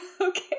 Okay